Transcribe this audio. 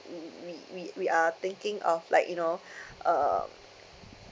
mm we we we're thinking of like you know uh